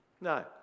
No